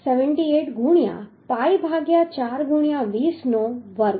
78 ગુણ્યા pi ભાગ્યા 4 ગુણ્યા 20 નો વર્ગ